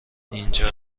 اینجا